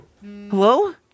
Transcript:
Hello